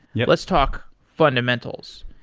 yeah let's talk fundamentals.